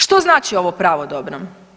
Što znači ovo pravodobno?